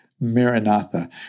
Maranatha